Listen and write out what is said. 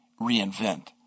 reinvent